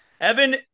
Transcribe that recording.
Evan